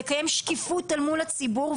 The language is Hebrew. לקיים שקיפות לכל הציבור,